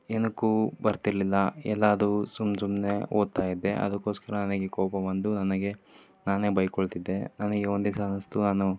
ಏನಕ್ಕೂ ಬರ್ತಿರಲಿಲ್ಲ ಎಲ್ಲದೂ ಸುಮ್ಮ ಸುಮ್ಮನೆ ಓದ್ತಾಯಿದ್ದೆ ಅದಕ್ಕೋಸ್ಕರ ನನಗೆ ಕೋಪ ಬಂದು ನನಗೆ ನಾನೇ ಬೈಕೊಳ್ತಿದ್ದೆ ನನಗೆ ಒಂದೇ ಸಲ ಅನ್ನಿಸ್ತು ನಾನು